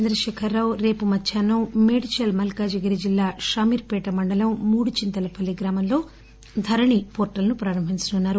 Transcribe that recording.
చంద్రశేఖరరావు రేపు మధ్యాహ్నం మేడ్చల్ మల్కాజ్ గిరి జిల్లా శామీర్ పేట్ మండలం మూడు చింతలపల్లి గ్రామంలో ధరణి పోర్లల్ ను ప్రారంభించనున్నారు